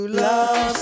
love